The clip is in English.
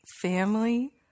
family